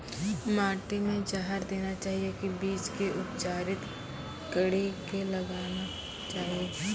माटी मे जहर देना चाहिए की बीज के उपचारित कड़ी के लगाना चाहिए?